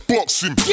Boxing